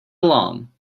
along